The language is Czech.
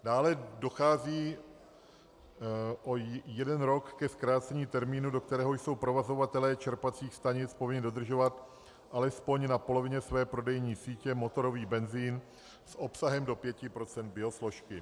Dále dochází o jeden rok ke zkrácení termínu, do kterého jsou provozovatelé čerpacích stanic povinni dodržovat alespoň na polovině své prodejní sítě motorový benzin s obsahem do 5 % biosložky.